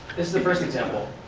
this is the first example.